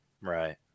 Right